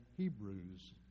Hebrews